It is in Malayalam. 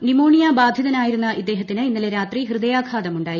ന്യുമോണിയ ബാധിതനായിരുന്ന ഇദ്ദേഹത്തിന് ഇന്നലെ രാത്രി ഹൃദയാഘാതം ഉണ്ടായി